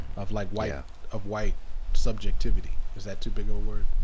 of like white yeah of white subjectivity. is that too big of a word?